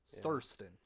Thurston